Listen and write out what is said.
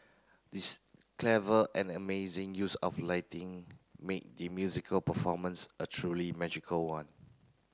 this clever and amazing use of lighting made the musical performance a truly magical one